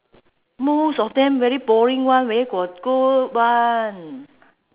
most of them very boring [one] where got good [one]